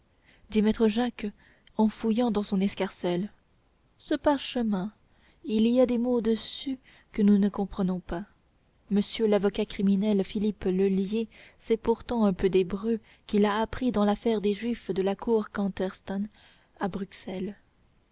dit maître jacques en fouillant dans son escarcelle ce parchemin il y a des mots dessus que nous ne comprenons pas monsieur l'avocat criminel philippe lheulier sait pourtant un peu d'hébreu qu'il a appris dans l'affaire des juifs de la rue kantersten à bruxelles